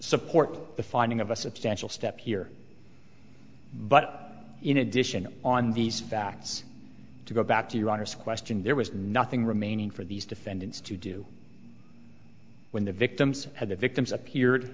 support the finding of a substantial step here but in addition on these facts to go back to your honor's question there was nothing remaining for these defendants to do when the victims had the victims appeared